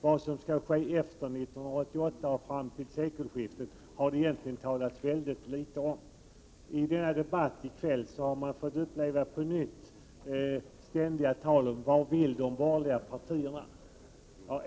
Vad som skall ske efter 1988 och fram till sekelskiftet har det talats ytterst litet om. I kvällens debatt har man på nytt fått uppleva samma sak och höra den ständiga frågan: Vad vill de borgerliga partierna?